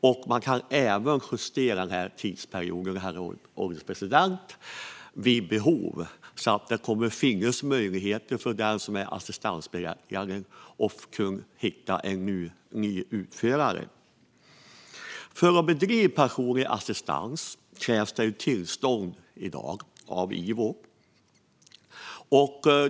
Det går även att justera den tidsperioden vid behov, herr ålderspresident, så det kommer att finnas möjligheter för den som är assistansberättigad att hitta en ny utförare. För att bedriva personlig assistans krävs det i dag tillstånd av Ivo.